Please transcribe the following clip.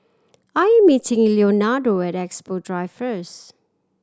I meeting Leonardo at Expo Drive first